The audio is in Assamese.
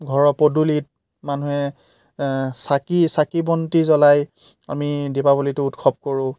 ঘৰৰ পদূলিত মানুহে চাকি চাকি বন্তি জ্বলাই আমি দীপাৱলীটো উৎসৱ কৰোঁ